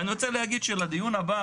אני רוצה להגיד שלדיון הבא,